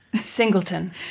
singleton